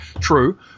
True